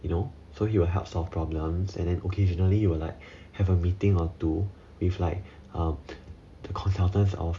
you know so he will help solve problems and then occasionally he will like have a meeting or two with like uh the consultants of